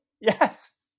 Yes